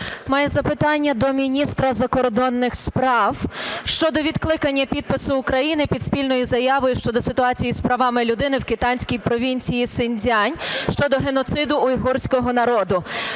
Моє запитання до міністра закордонних справ щодо відкликання підпису України під спільною заявою щодо ситуації з правами людини в китайській провінції Сіньцзян щодо геноциду уйгурського народу.